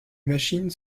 machines